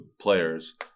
players